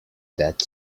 that